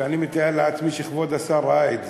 ואני מתאר לעצמי שכבוד השר ראה את זה,